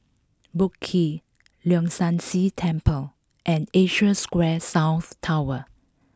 Boat Quay Leong San See Temple and Asia Square South Tower